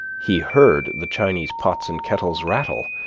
he heard the chinese pots and kettles rattle